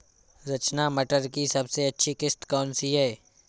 रचना मटर की सबसे अच्छी किश्त कौन सी है?